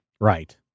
Right